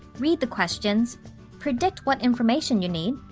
read the questions predict what information you need.